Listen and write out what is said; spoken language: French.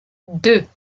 deux